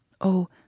Oh